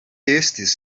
estis